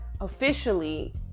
officially